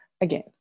Again